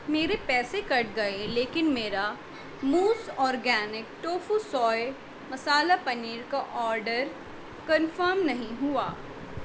میرے پیسے کٹ گئے لیکن میرا موز organic tofu soya masala paneer کا آرڈر کنفرم نہیں ہوا